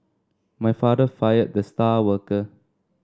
my father fired the star worker